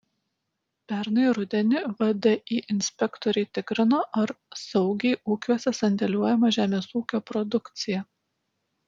pernai rudenį vdi inspektoriai tikrino ar saugiai ūkiuose sandėliuojama žemės ūkio produkcija